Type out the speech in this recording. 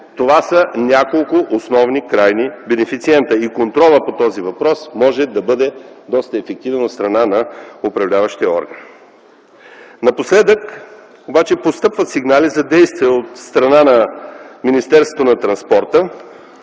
това са няколко основни крайни бенефициента и контролът по този въпрос може да бъде доста ефективен от страна на управляващия орган. Напоследък обаче постъпват сигнали за действия от страна на Министерството на транспорта